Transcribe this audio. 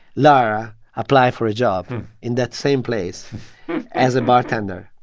lara applied for a job in that same place as a bartender.